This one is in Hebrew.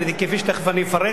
כפי שתיכף אפרט,